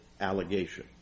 allegation